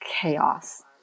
chaos